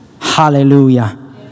Hallelujah